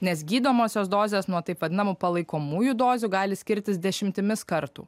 nes gydomosios dozės nuo taip vadinamų palaikomųjų dozių gali skirtis dešimtimis kartų